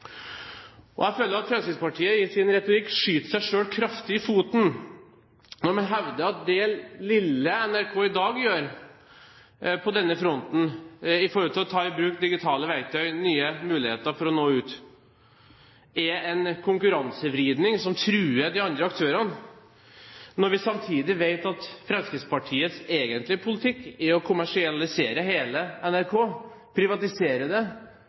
av. Jeg føler at Fremskrittspartiet i sin retorikk skyter seg selv kraftig i foten når de hevder at det lille NRK i dag gjør på denne fronten når det gjelder å ta i bruk digitale verktøy, nye muligheter for å nå ut, er en konkurransevridning som truer de andre aktørene – når vi samtidig vet at Fremskrittspartiets egentlige politikk er å kommersialisere hele NRK, privatisere det,